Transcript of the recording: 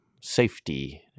safety